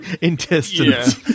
intestines